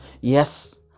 Yes